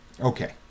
Okay